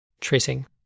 tracing